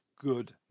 good